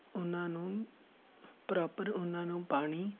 ਉਨਾਂ ਨੂੰ ਪ੍ਰੋਪਰ ਉਹਨਾਂ ਨੂੰ ਪਾਣੀ